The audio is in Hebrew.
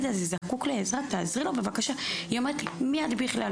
שילד זקוק לעזרה, היא משיבה לי: מי את בכלל?